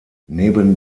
neben